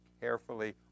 carefully